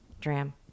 dram